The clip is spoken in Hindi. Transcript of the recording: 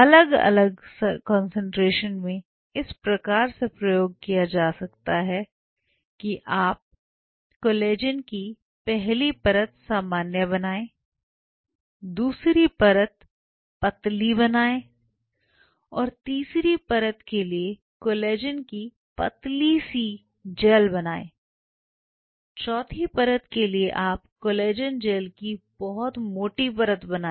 अलग अलग कंसंट्रेशन में इस प्रकार से प्रयोग किया जा सकता है कि आप कोलेजन की पहली परत सामान्य बनाएं दूसरी पतली परत बनाएं और तीसरी परत के लिए कोलेजन की पतली सी जेल बनाएं चौथी परत के लिए आप कोलेजन जेल की बहुत मोटी परत बनाएं